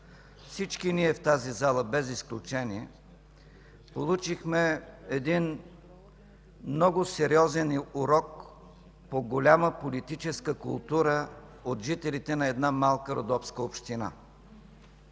всички ние в тази зала, без изключение, получихме един много сериозен урок по голяма политическа култура от жителите на една малка родопска община.